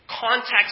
context